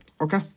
Okay